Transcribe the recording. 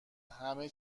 همه